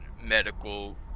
medical